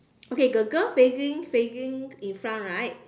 okay the girl facing facing in front right